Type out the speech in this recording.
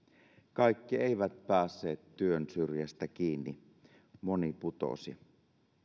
kaikki eivät päässeet työn syrjään kiinni moni putosi